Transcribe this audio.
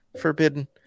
forbidden